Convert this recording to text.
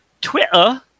Twitter